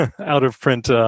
out-of-print